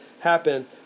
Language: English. happen